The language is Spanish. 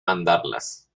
mandarlas